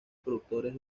productores